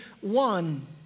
one